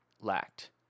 lacked